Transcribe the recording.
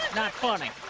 not funny.